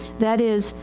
that is,